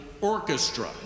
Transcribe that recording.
orchestra